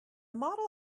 model